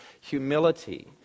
humility